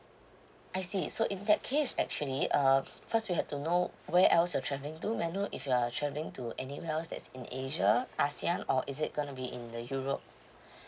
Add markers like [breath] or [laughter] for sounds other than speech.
I see so in that case actually um first we have to know where else you've travelling to may I know if you are travelling to anywhere else that's in asia ASEAN or is it gonna be in the europe [breath]